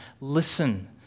listen